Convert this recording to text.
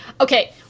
Okay